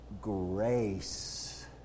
grace